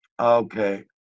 Okay